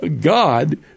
God